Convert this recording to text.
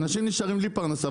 אנשים נשארים בלי פרנסה.